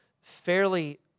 fairly